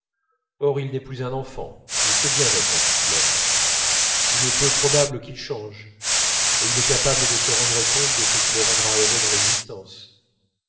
or il n'est plus un enfant il sait bien maintenant ce qu'il aime il est peu probable qu'il change et il est capable de se rendre compte de ce qui le rendra heureux dans l'existence